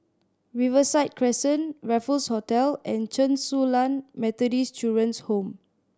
Riverside Crescent Raffles Hotel and Chen Su Lan Methodist Children's Home